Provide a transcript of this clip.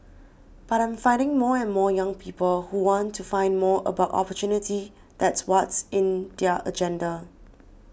but I'm finding more and more young people who want to find more about opportunity that's what's in their agenda